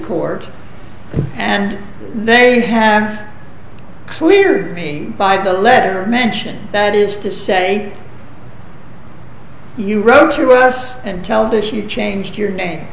score and they have cleared by the letter mention that is to say you wrote to us and tell this you changed your name